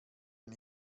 ein